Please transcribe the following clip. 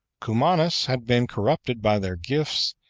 cumanus had been corrupted by their gifts,